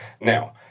Now